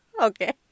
Okay